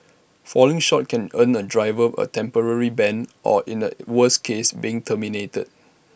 falling short can earn A driver A temporary ban or in A worse case being terminated